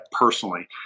personally